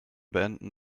beenden